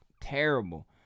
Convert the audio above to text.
terrible